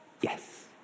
Yes